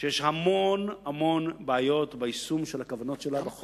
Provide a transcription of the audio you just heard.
שיש המון-המון בעיות ביישום הכוונות שלה בחוק הזה.